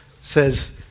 says